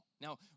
Now